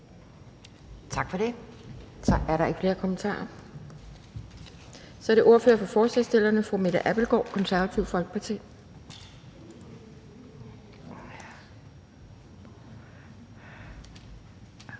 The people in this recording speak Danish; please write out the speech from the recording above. Tak for det. Der er ikke flere kommentarer, og så er det ordføreren for forslagsstillerne, fru Mette Abildgaard, Det Konservative Folkeparti.